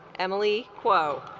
emily quo